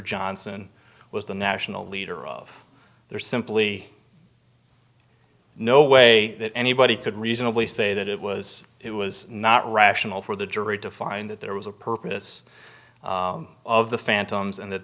johnson was the national leader of there's simply no way that anybody could reasonably say that it was it was not rational for the jury to find that there was a purpose of the